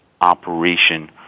operation